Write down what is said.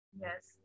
Yes